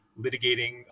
litigating